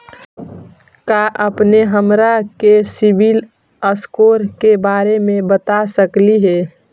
का अपने हमरा के सिबिल स्कोर के बारे मे बता सकली हे?